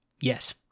yes